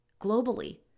Globally